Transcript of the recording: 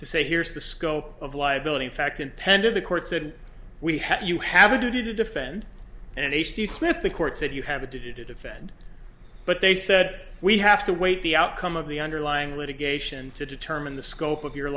to say here's the scope of liability in fact intended the court said we have you have a duty to defend and the court said you have a duty to defend but they said we have to wait the outcome of the underlying litigation to determine the scope of your